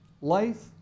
Life